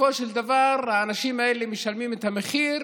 בסופו של דבר האנשים האלה משלמים את המחיר.